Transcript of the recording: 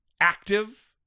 active